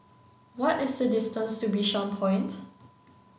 what is the distance to Bishan Point